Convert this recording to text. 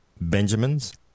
Benjamins